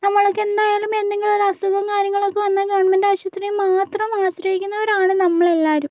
നമ്മൾക്ക് എന്തായാലും എന്തെങ്കിലുമൊരു അസുഖം കാര്യങ്ങളുമൊക്കെ വന്നാൽ ഗവണ്മെന്റ് ആശുപത്രി മാത്രം ആശ്രയിക്കുന്നവരാണ് നമ്മളെല്ലാവരും